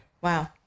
wow